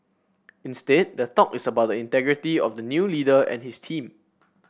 instead the talk is about the integrity of the new leader and his team